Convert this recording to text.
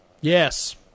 Yes